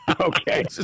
Okay